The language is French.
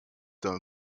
d’un